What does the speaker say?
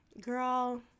girl